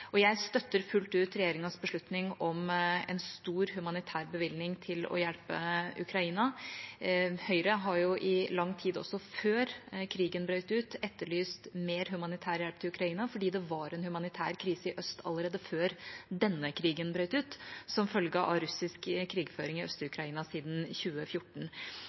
Jeg støtter fullt ut regjeringas beslutning om en stor humanitær bevilgning til å hjelpe Ukraina. Høyre har i lang tid – også før krigen brøt ut – etterlyst mer humanitær hjelp til Ukraina, fordi det var en humanitær krise i øst allerede før denne krigen brøt ut, som følge av russisk krigføring i Øst-Ukraina siden 2014.